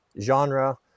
genre